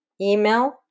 email